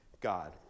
God